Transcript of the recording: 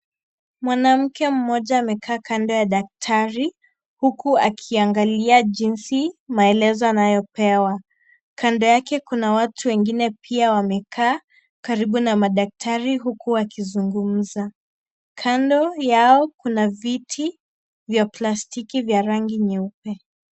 Mwanamke mmoja amekaa kando ya daktari huku akiangalia jinsi maelezo anayopewa. Kando ya kuna watu wengine pia wamekaa karibu na madaktari huku wakizungumza . Kando yao kuna viti vya plastiki vya rangi nyeupe.